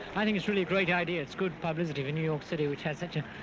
i think it's really a great idea. it's good publicity for new york city, which had such a